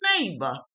neighbor